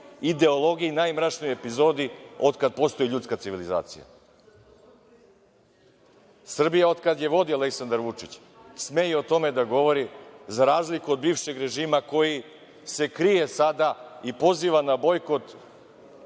ideologiji, najmračnijoj epizodi od kad postoji ljudska civilizacija. Srbija od kad je vodi Aleksandar Vučić sme i o tome da govori, za razliku od bivšeg režima koji se krije sada i poziva na bojkot,